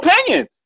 opinion